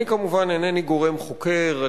אני כמובן אינני גורם חוקר,